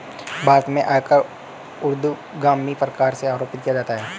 भारत में आयकर ऊर्ध्वगामी प्रकार से आरोपित किया जाता है